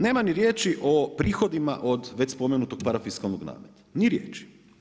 Nema ni riječi o prihodima od već spomenutog parafiskalnog nameta, ni riječi.